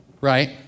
right